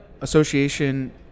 Association